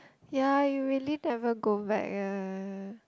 ya he really never go back eh